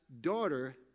daughter